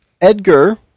Edgar